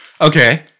Okay